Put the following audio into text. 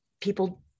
people